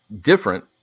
different